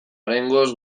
oraingoz